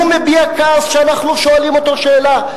הוא מביע כעס שאנחנו שואלים אותו שאלה.